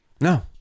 No